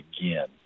again